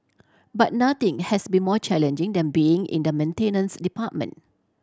but nothing has been more challenging than being in the maintenance department